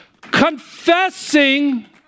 Confessing